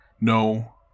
No